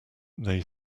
they